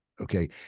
okay